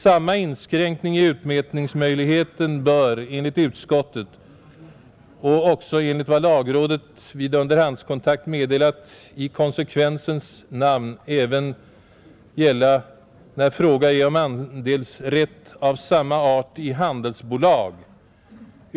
Samma inskränkning i utmätningsmöjligheten bör, enligt utskottet och också enligt vad lagrådet vid underhandskontakt meddelat, i konsekvensens namn även gälla när fråga är om andelsrätt av samma art i handelsbolag.